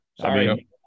Sorry